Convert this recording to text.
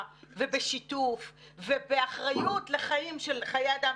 ובשיתוף ובאחריות לחיים של חיי אדם.